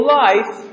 life